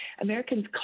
Americans